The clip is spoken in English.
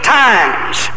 times